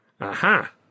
Aha